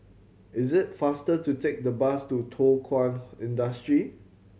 is it faster to take the bus to Thow Kwang Industry